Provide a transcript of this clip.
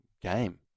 game